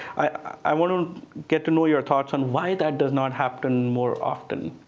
i want to get to know your thoughts on why that does not happen more often.